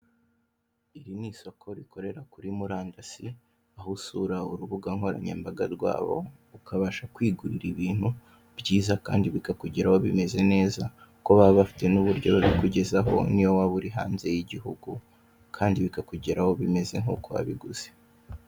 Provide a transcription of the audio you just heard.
Iri ni isoko rikorera kuri murandasi, aho usura urubuga nkoranyambaga rwabo ukabasha kwigurira ibintu byiza kandi bikakugeraho bimeze neza, kuko baba bafite n'uburyo babikugezaho n'iyo waba uri hanze y'igihugu kandi bikakugeraho bimeze nk'uko wabiguze.